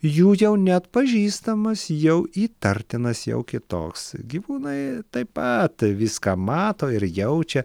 jų jau neatpažįstamas jau įtartinas jau kitoks gyvūnai taip pat viską mato ir jaučia